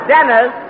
Dennis